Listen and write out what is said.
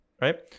right